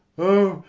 o,